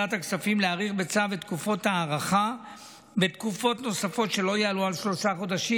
להאריך בצו את תקופת ההארכה בתקופות נוספות שלא יעלו על שלושה חודשים.